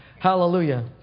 Hallelujah